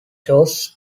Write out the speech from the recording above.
shows